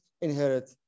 inherit